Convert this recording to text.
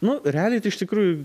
nu realiai tai iš tikrųjų